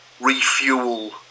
refuel